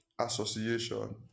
association